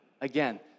Again